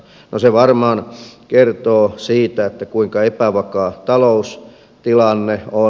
no se varmaan kertoo siitä kuinka epävakaa taloustilanne on